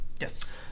Yes